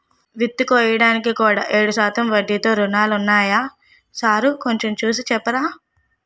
విత్తుకోడానికి కూడా ఏడు శాతం వడ్డీతో రుణాలున్నాయా సారూ కొంచె చూసి సెప్పరా